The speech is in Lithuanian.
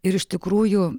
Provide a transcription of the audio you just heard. ir iš tikrųjų